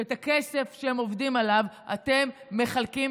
שאת הכסף שהם עובדים עליו אתם מחלקים